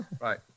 Right